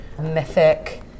mythic